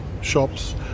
shops